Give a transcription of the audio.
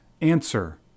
answer